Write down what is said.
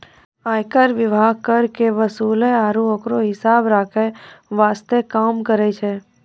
आयकर विभाग कर के वसूले आरू ओकरो हिसाब रख्खै वास्ते काम करै छै